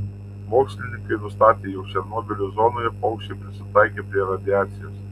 mokslininkai nustatė jog černobylio zonoje paukščiai prisitaikė prie radiacijos